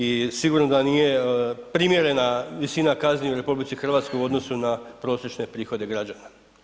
I sigurno da nije primjerena visina kazne u RH u odnosu na prosječne prihode građana.